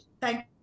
Thank